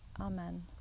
Amen